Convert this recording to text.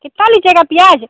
कितना लीजिएगा प्याज